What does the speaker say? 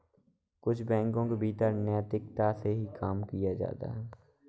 कुछ बैंकों के भीतर नैतिकता से ही काम किया जाता है